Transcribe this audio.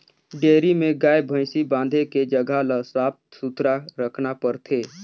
dairy में गाय, भइसी बांधे के जघा ल साफ सुथरा रखना परथे